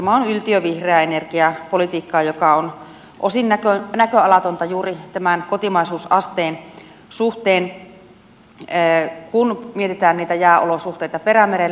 tämä on yltiövihreää energiapolitiikkaa joka on osin näköalatonta juuri tämän kotimaisuusasteen suhteen kun mietitään jääolosuhteita perämerellä